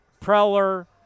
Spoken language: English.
Preller